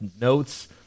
notes